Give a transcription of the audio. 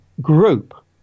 group